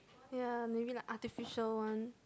ya maybe like artificial one